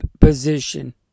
position